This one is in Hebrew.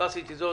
לא עשיתי זאת,